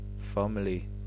family